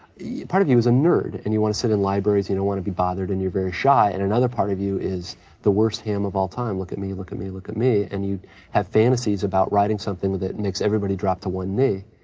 part of you is a nerd and you want to sit in libraries, you don't know want to be bothered and you're very shy. and another part of you is the worst ham of all time. look at me. look at me. look at me. and you have fantasies about writing something that makes everybody drop to one knee,